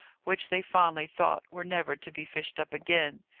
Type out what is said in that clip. which they fondly thought were never to be fished up again.